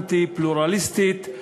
אנטי-פלורליסטית.